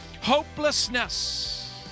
hopelessness